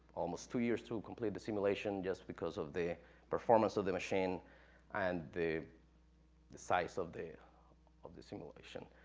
almost two years to complete the simulation, just because of the performance of the machine and the the size of the of the simulation.